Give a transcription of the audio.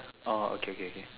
oh okay okay okay